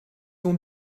ont